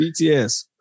BTS